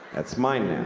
that's mine now.